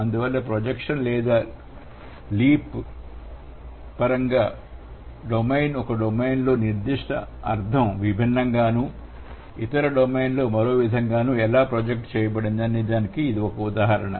అందువల్ల ప్రొజెక్షన్ లేదా లీప్ పరంగా డొమైన్ ఒక డొమైన్ లో నిర్ధిష్ట అర్థం విభిన్నంగా నూ ఇతర డొమైన్ మరో విధంగా ఎలా ప్రొజెక్ట్ చేయబడిందనే దానికి ఇది ఒక ఉదాహరణ